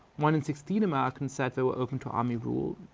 one in sixteen americans said they were open to army-rule.